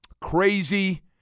Crazy